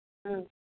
ꯑꯥ